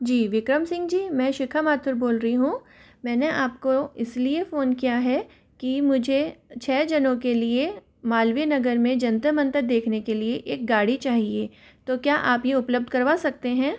जी विक्रम सिंह जी मैं शिखा माथुर बोल रही हूँ मैंने आपको इसलिए फ़ोन किया है कि मुझे छ जनों के लिए मालवीय नगर में जंतर मंतर देखने के लिए एक गाड़ी चाहिए तो क्या आप ये उपलब्ध करवा सकते हैं